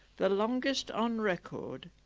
the longest on record